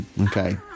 okay